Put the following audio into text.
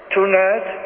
Tonight